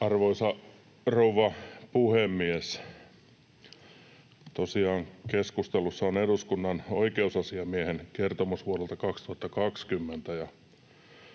Arvoisa rouva puhemies! Tosiaan keskustelussa on eduskunnan oikeusasiamiehen kertomus vuodelta 2020.